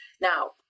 now